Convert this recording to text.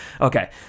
Okay